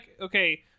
okay